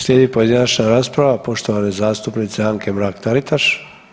Slijedi pojedinačna rasprava poštovane zastupnice Anke Mrak Taritaš.